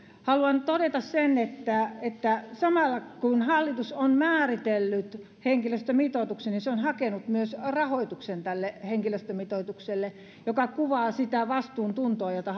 haluan todeta sen että että samalla kun hallitus on määritellyt henkilöstömitoituksen se on hakenut myös rahoituksen tälle henkilöstömitoitukselle mikä kuvaa sitä vastuuntuntoa jota